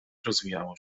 rozwijało